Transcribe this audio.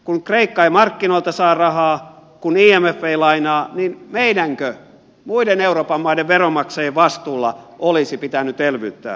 kun kreikka ei markkinoilta saa rahaa kun imf ei lainaa niin meidänkö muiden euroopan maiden veronmaksajien vastuulla olisi ollut elvyttää